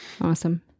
awesome